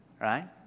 right